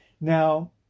Now